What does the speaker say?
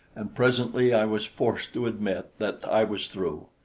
and presently i was forced to admit that i was through.